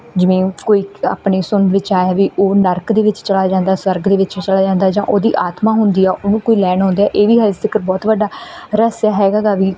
ਜਿਵੇਂ ਕੋਈ ਆਪਣੇ ਸੁਣਨ ਵਿੱਚ ਆਇਆ ਵੀ ਉਹ ਨਰਕ ਦੇ ਵਿੱਚ ਚਲਾ ਜਾਂਦਾ ਸਵਰਗ ਦੇ ਵਿੱਚ ਵੀ ਚਲਾ ਜਾਂਦਾ ਜਾਂ ਉਹਦੀ ਆਤਮਾ ਹੁੰਦੀ ਆ ਉਹਨੂੰ ਕੋਈ ਲੈਣ ਆਉਂਦਾ ਇਹ ਵੀ ਅਜੇ ਤੱਕ ਬਹੁਤ ਵੱਡਾ ਰਹੱਸ ਹੈਗਾ ਗਾ ਵੀ